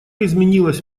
изменилась